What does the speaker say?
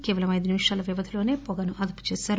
కేవలం ఐదు నిమిషాల వ్యవధిలోసే పొగను అదుపు చేశారు